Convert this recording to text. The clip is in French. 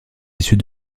issues